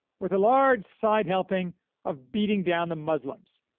with a large side helping of beating down the muslims,